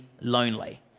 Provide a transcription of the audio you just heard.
lonely